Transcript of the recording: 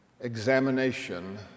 examination